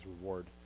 reward